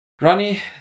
Ronnie